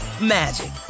magic